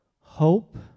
Hope